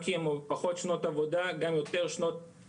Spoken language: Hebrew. מאחר ואנחנו מדברים על 2024 ולכאורה יש לנו עדיין זמן,